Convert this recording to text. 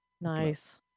Nice